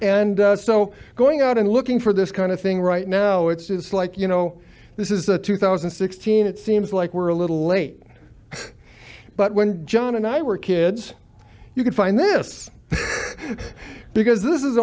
and so going out and looking for this kind of thing right now it's like you know this is a two thousand and sixteen it seems like we're a little late but when john and i were kids you could find this because this is